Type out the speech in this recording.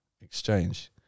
exchange